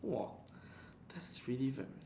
!wah! that's really ver~